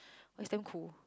is damn cool